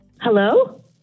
Hello